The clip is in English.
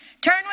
Turn